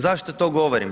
Zašto to govorim?